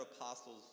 apostles